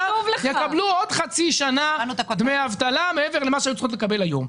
יקבלו עוד חצי שנה דמי אבטלה מעבר למה שהיו צריכות לקבל היום.